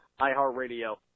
iHeartRadio